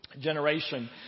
generation